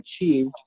achieved